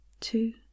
two